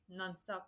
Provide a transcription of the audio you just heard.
nonstop